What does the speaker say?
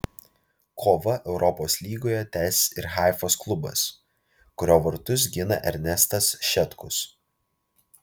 kovą europos lygoje tęs ir haifos klubas kurio vartus gina ernestas šetkus